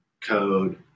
Code